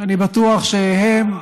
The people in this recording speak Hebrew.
שאני בטוח שהם,